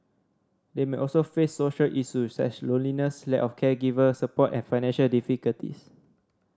they may also face social issues such loneliness lack of caregiver support and financial difficulties